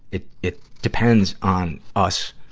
it it depends on us